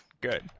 Good